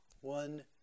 one